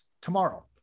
tomorrow